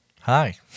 hi